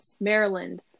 Maryland